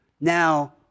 Now